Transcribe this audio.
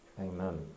Amen